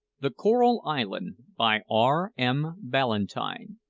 the coral island, by r m. ballantyne.